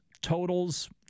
totals